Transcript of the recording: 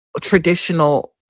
traditional